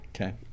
Okay